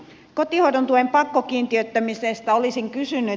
kotihoidon tuen pakkokiintiöittämisestä olisin kysynyt